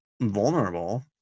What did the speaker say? vulnerable